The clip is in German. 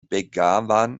begawan